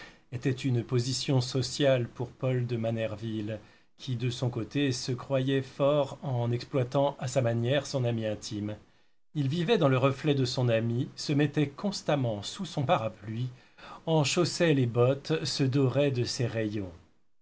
était une question sociale pour paul de manerville qui de son côté se croyait fort en exploitant à sa manière son ami intime il vivait dans le reflet de son ami se mettait constamment sous son parapluie en chaussait les bottes se dorait de ses rayons